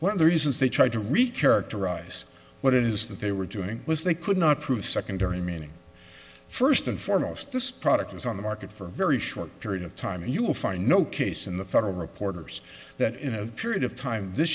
one of the reasons they tried to reach characterize what it is that they were doing was they could not prove secondary meaning first and foremost this product is on the market for a very short period of time and you will find no case in the federal reporters that in a period of time this